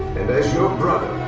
and as your brother,